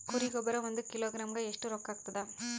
ಕುರಿ ಗೊಬ್ಬರ ಒಂದು ಕಿಲೋಗ್ರಾಂ ಗ ಎಷ್ಟ ರೂಕ್ಕಾಗ್ತದ?